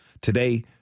Today